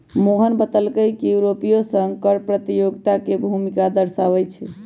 मोहन बतलकई कि यूरोपीय संघो कर प्रतियोगिता के भूमिका दर्शावाई छई